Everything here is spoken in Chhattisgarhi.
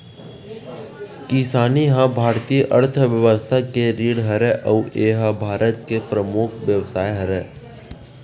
किसानी ह भारतीय अर्थबेवस्था के रीढ़ हरय अउ ए ह भारत के परमुख बेवसाय हरय